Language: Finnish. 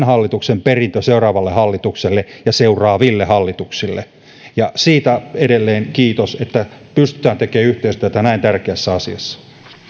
hallituksen perintö seuraavalle hallitukselle ja seuraaville hallituksille siitä edelleen kiitos että pystymme tekemään yhteistyötä näin tärkeässä asiassa